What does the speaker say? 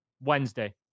Wednesday